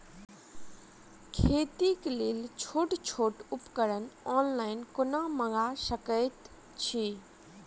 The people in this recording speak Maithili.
खेतीक लेल छोट छोट उपकरण ऑनलाइन कोना मंगा सकैत छी?